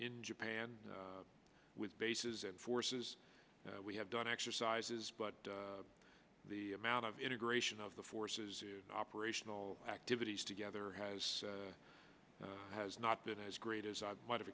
in japan with bases and forces we have done exercises but the amount of integration of the forces operational activities together has has not been as great as i might have